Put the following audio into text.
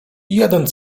jeden